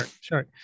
sure